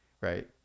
right